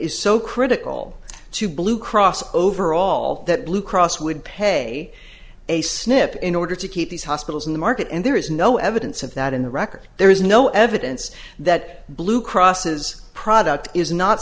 is so critical to blue cross over all that blue cross would pay a snip in order to keep these hospitals in the market and there is no evidence of that in the record there is no evidence that blue cross has product is not